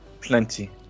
plenty